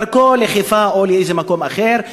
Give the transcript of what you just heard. בדרכם לחיפה או לאיזה מקום אחר.